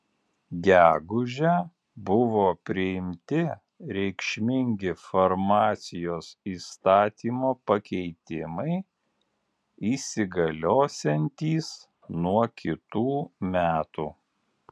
gegužę buvo priimti reikšmingi farmacijos įstatymo pakeitimai įsigaliosiantys nuo kitų metų